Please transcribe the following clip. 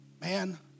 Man